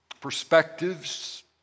perspectives